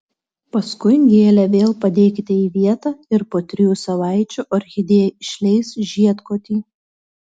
paskui gėlę vėl padėkite į vietą ir po trijų savaičių orchidėja išleis žiedkotį